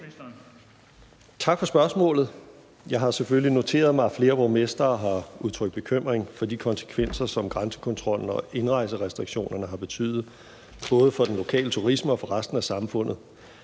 Tak for spørgsmålet. Jeg har selvfølgelig noteret mig, at flere borgmestre har udtrykt bekymring for de konsekvenser, som grænsekontrollen og indrejserestriktionerne har haft, både for den lokale turisme og for resten af samfundet.